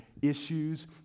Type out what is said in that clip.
issues